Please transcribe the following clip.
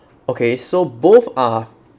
okay so both are